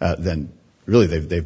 then really they've they've